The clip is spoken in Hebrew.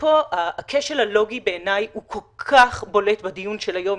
הכשל הלוגי בעיניי הוא כל כך בולט בדיון של היום,